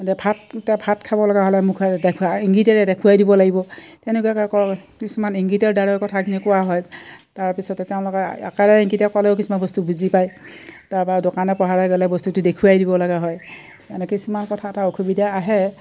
এতিয়া ভাত ভাত খাব লগা হ'লে মুখেৰে দেখুৱা ইংগিতেৰে দেখুৱাই দিব লাগিব তেনেকুৱাকৈ ক কিছুমান ইংগিতেৰ দ্বাৰা কথাখিনি কোৱা হয় তাৰপিছতে তেওঁলোকে আকাৰে ইংগিতে ক'লেও কিছুমান বস্তু বুজি পায় তাৰপা দোকানে পহাৰে গ'লে বস্তুটো দেখুৱাই দিব লগা হয় এনে কিছুমান কথা এটা অসুবিধা আহে